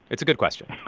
it's a good question